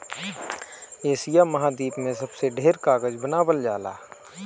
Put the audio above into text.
Asia महाद्वीप में सबसे ढेर कागज बनावल जाला